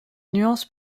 nuances